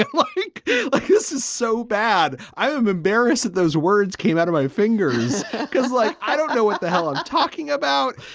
ah like like this is so bad. i'm embarrassed that those words came out of my fingers because, like, i don't know what the hell i'm talking about.